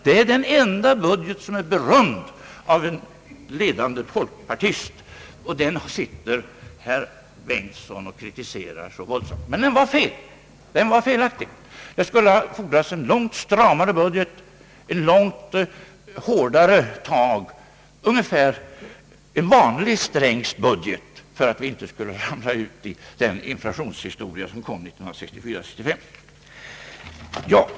Det är den enda budget som berömts av en ledande folkpartist, och den kritiserar herr Bengtson nu så våldsamt. Men den var felaktig. Det skulle ha fordrats en långt stramare budget, långt hårdare tag, ungefär en vanlig Strängsk budget, för att vi inte skulle ha hamnat i den inflationshistoria som kom 1964/635.